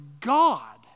God